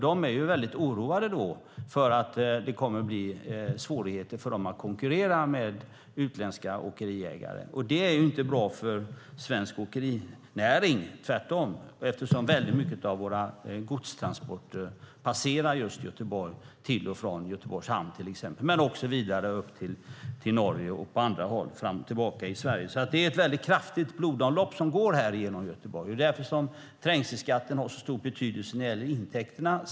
De är oroade för att det kommer att bli svårt för dem att konkurrera med utländska åkeriägare. Det är inte bra för svensk åkerinäring eftersom mycket av godstransporterna passerar Göteborg till och från Göteborgs hamn och vidare till Norge och fram och tillbaka i Sverige. Det är ett kraftigt blodomlopp som går genom Göteborg. Därför har trängselskatten stor betydelse när det gäller intäkterna.